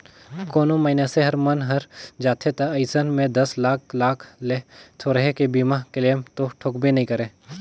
कोनो मइनसे हर मन हर जाथे त अइसन में दस लाख लाख ले थोरहें के बीमा क्लेम तो ठोकबे नई करे